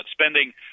spending